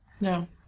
No